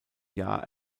jahr